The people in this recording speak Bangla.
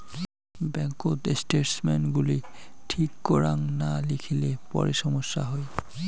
ব্যাঙ্ককোত স্টেটমেন্টস গুলি ঠিক করাং না লিখিলে পরে সমস্যা হই